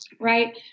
Right